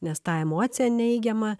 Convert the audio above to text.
nes tą emociją neigiamą